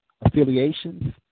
affiliations